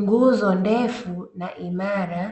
Nguzo ndefu na imara